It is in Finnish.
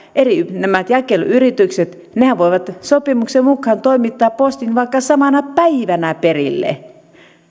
nämä jakeluyritykset voivat sopimuksen mukaan toimittaa postin vaikka samana päivänä perille